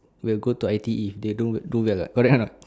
will go to I_T_E they don't do well [what] correct or not